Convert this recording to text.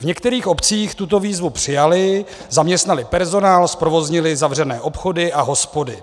V některých obcích tuto výzvu přijali, zaměstnali personál, zprovoznili zavřené obchody a hospody.